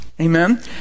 amen